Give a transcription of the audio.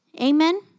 Amen